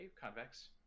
convex